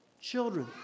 Children